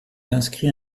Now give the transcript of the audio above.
inscrit